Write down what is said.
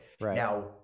Now